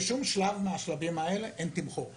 בשום שלב מהשלבים האלה אין תמחור.